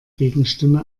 gegenstimme